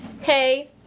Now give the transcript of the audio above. hey